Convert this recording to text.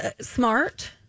smart